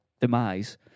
demise